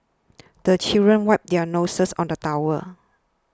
the children wipe their noses on the towel